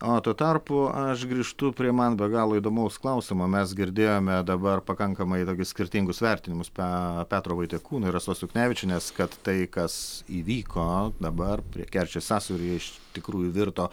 o tuo tarpu aš grįžtu prie man be galo įdomaus klausimo mes girdėjome dabar pakankamai tokius skirtingus vertinimus tą petro vaitiekūno ir rasos juknevičienės kad tai kas įvyko dabar prie kerčės sąsiauryje iš tikrųjų virto